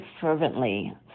fervently